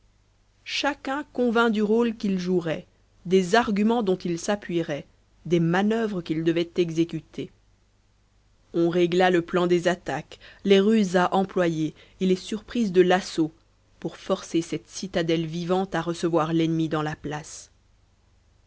chacun convint du rôle qu'il jouerait des arguments dont il s'appuierait des manoeuvres qu'il devrait exécuter on régla le plan des attaques les ruses à employer et les surprises de l'assaut pour forcer cette citadelle vivante à recevoir l'ennemi dans la place